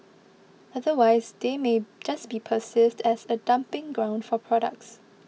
otherwise they may just be perceived as a dumping ground for products